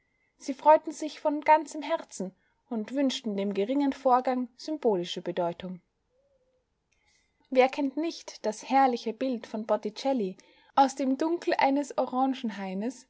sie freuten sich von ganzem herzen und wünschten dem geringen vorgang symbolische bedeutung wer kennt nicht das herrliche bild von botticelli aus dem dunkel eines